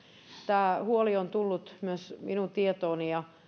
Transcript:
tämä huoli on tullut myös minun tietooni ja